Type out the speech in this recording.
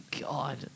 God